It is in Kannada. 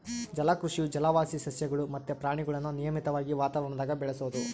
ಜಲಕೃಷಿಯು ಜಲವಾಸಿ ಸಸ್ಯಗುಳು ಮತ್ತೆ ಪ್ರಾಣಿಗುಳ್ನ ನಿಯಮಿತ ವಾತಾವರಣದಾಗ ಬೆಳೆಸೋದು